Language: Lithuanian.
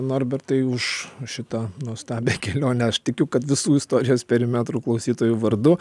norbertai už šitą nuostabią kelionę aš tikiu kad visų istorijos perimetrų klausytojų vardu